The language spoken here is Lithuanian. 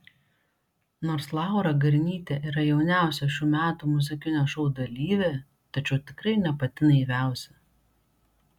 nors laura garnytė yra jauniausia šių metų muzikinio šou dalyvė tačiau tikrai ne pati naiviausia